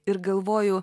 ir galvoju